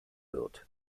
wird